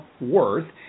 worth